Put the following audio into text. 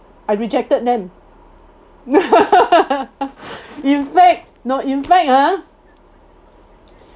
I rejected them in fact no in fact ah